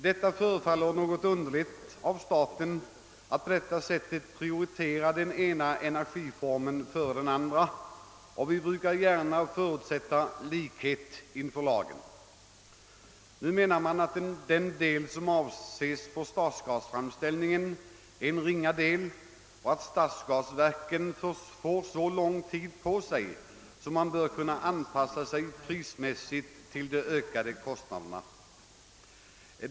Det förefaller något underligt att staten på det sättet prioriterar den ena energiformen till förmån för den andra, eftersom vi brukar förutsätta likhet inför lagen. Nu menar departementschefen att den del som avses för stadsgasframställning är en ringa del och att stadsgasverken får så lång tid på sig att de bör kunna anpassa sig prismässigt till de ökade kostnaderna.